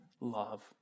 love